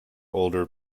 older